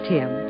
Tim